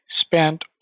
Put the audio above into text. spent